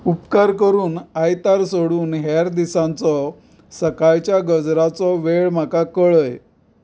उपकार करून आयतार सोडून हेर दिसांचो सकाळच्या गजराचो वेळ म्हाका कळय